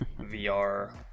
VR